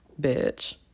bitch